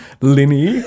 Linny